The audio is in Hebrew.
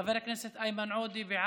חבר הכנסת עודד פורר,